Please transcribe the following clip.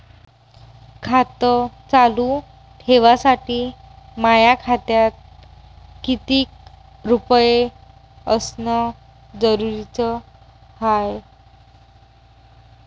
खातं चालू ठेवासाठी माया खात्यात कितीक रुपये असनं जरुरीच हाय?